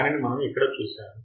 దానిని మనము ఇక్కడ చూశాము